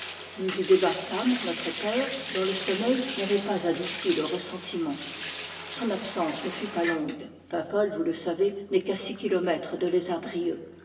nous y débarquâmes notre père dont le sommeil n'avait pas adouci le ressen timent son absence ne fut pas longue paimpol vous le savez n'est qu'à six kilomètres de